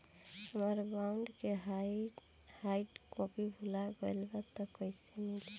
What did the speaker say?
हमार बॉन्ड के hard copy भुला गएलबा त कैसे मिली?